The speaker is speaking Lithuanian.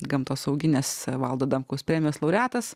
gamtosauginės valdo adamkaus premijos laureatas